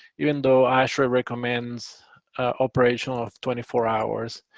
even though ashrae recommends operation of twenty four hours,